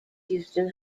houston